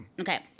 Okay